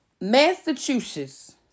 Massachusetts